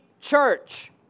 church